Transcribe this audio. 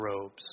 robes